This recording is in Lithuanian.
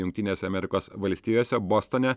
jungtinėse amerikos valstijose bostone